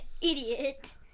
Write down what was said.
idiot